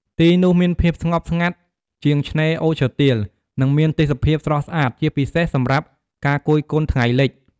ទីនោះមានភាពស្ងប់ស្ងាត់ជាងឆ្នេរអូឈើទាល និងមានទេសភាពស្រស់ស្អាត ជាពិសេសសម្រាប់ការគយគន់ថ្ងៃលិច។